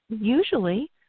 usually